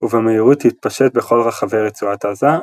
ובמהירות התפשט בכל רחבי רצועת עזה,